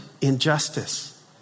injustice